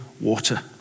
water